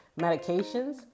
medications